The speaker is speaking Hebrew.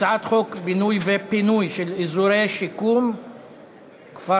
להצעת חוק בינוי ופינוי של אזורי שיקום (כפר-שלם),